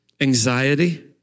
anxiety